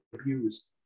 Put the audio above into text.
abused